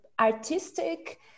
artistic